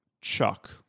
Chuck